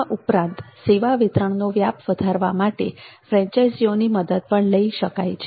આ ઉપરાંત સેવા વિતરણ નો વ્યાપ વધારવા માટે ફ્રેન્ચાઇઝીઓની મદદ પણ લઈ શકાય છે